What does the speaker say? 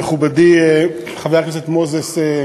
מכובדי חבר הכנסת מוזס,